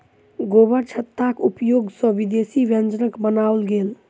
गोबरछत्ताक उपयोग सॅ विदेशी व्यंजनक बनाओल गेल